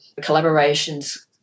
collaborations